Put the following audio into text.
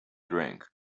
drink